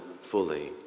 fully